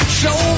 show